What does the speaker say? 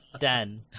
Dan